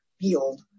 field